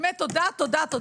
באמת תודה, תודה.